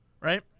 Right